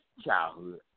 childhood